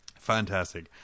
Fantastic